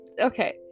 okay